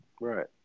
Right